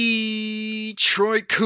Detroit